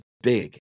big